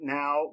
now